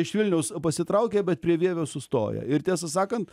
iš vilniaus pasitraukia bet prie vievio sustoja ir tiesą sakant